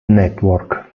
network